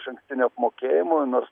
išankstinio apmokėjimo nors